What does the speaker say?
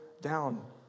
down